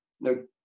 No